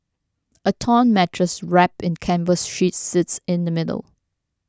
a torn mattress wrapped in canvas sheets sits in the middle